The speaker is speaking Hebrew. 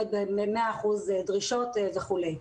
שעומד ב-100% מן הדרישות וכולי.